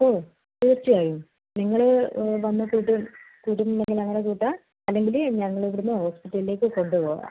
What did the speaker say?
ഓ തീർച്ചയായും നിങ്ങൾ വന്ന് പോയിട്ട് കൂട്ടുന്നെങ്കിൽ അങ്ങനെ കൂട്ടാ അല്ലെങ്കിൽ ഞങ്ങൾ ഇവിടുന്ന് ഹോസ്പിറ്റലിലേക്ക് കൊണ്ട് പോകാം